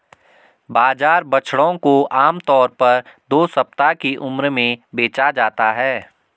बाजार बछड़ों को आम तौर पर दो सप्ताह की उम्र में बेचा जाता है